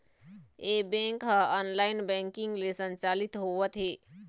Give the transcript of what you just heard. ए bank ह online banking ले संचालित होवत हे